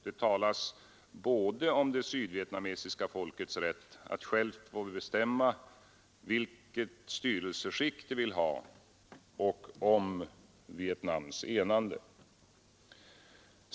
Det talas både om det sydvietnamesiska folkets rätt att självt få bestämma vilket styrelseskick det vill ha och om Vietnams enande.